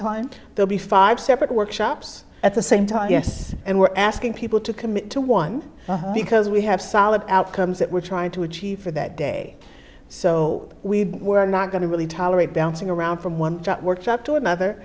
time they'll be five separate workshops at the same time yes and we're asking people to commit to one because we have solid outcomes that we're trying to achieve for that day so we were not going to really tolerate downswing around from one workshop to another